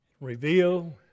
reveal